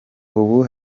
ubu